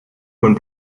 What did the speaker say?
when